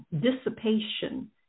dissipation